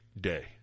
day